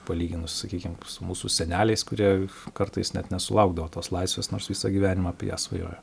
palyginus sakykim su mūsų seneliais kurie kartais net nesulaukdavo tos laisvės nors visą gyvenimą apie ją svajojo